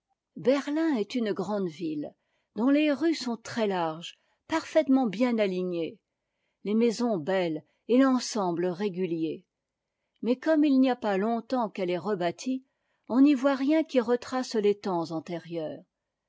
berlin est une grande ville dont les rues sont très larges parfaitement bien alignées les maisons belles et l'ensemble régulier mais comme il n'y a pas longtemps qu'elle est rebâtie on n'y voit rien qui retrace les temps antérieurs